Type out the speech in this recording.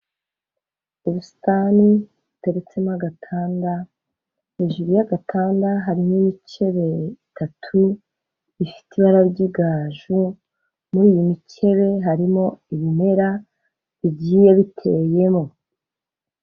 Ubusitani buteretsemo agatanda, hejuru y'agatanda hariho ibikebe bitatu bifite ibara ry'igaju muri iyi mikebe harimo ibimera bigiye biteyemo.